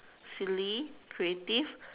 silly creative